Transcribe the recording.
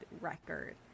record